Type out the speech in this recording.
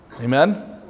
Amen